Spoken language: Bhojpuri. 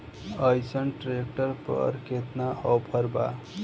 अइसन ट्रैक्टर पर केतना ऑफर बा?